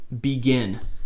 begin